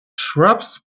shrubs